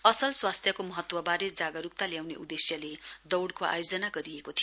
असल स्वास्थ्यको महत्वबारे जागरूकता ल्याउने उद्देश्यले दौढको आयोजना गरिएको थियो